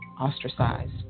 ostracized